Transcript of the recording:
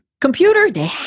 Computer